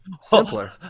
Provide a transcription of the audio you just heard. simpler